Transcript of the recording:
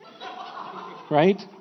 right